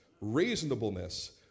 reasonableness